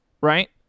Right